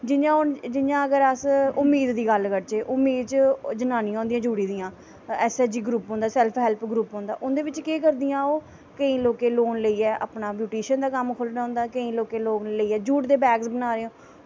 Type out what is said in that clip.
जि'यां अगर अस उम्मीद दी गल्ल करचै ते उम्मीद च जनानियां होंदियां जुड़ी दियां ऐस ई जी ग्रुप होंदा सैलफ हैल्प ग्रुप होंदा उं'दे बिच्च केह् करदियां ओह् केईं लोकें लोन लेइयै अपना ब्यूटूशन दा कम्म खोह्लना होंदा केंइयैं लोन लेइयै जूटस दे बैग बना दियां